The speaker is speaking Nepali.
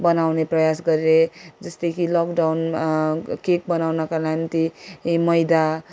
बनाउने प्रयास गरेँ जस्तै कि लकडाउन केक बनाउनका ला निम्ति मैदा